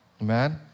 Amen